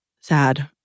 sad